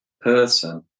person